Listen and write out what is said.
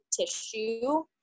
tissue